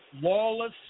lawless